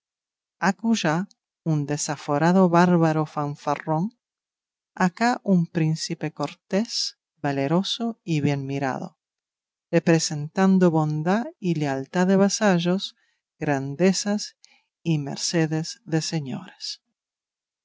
acullá un desaforado bárbaro fanfarrón acá un príncipe cortés valeroso y bien mirado representando bondad y lealtad de vasallos grandezas y mercedes de señores